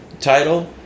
title